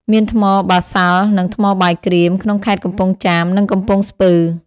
មានថ្មបាសាល់ និង ថ្មបាយក្រៀម ក្នុងខេត្តកំពង់ចាម និងកំពង់ស្ពឺ។